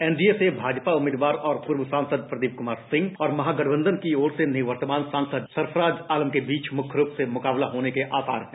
NDA से भाजपा उम्मीदवार और पूर्व सांसद प्रदीप कुमार सिंह और महागठबंधन की ओर से निवर्तमान सांसद सरफराज आलम के बीच मुख्य रूप से मुकाबला होने के आसार है